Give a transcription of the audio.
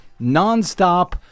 nonstop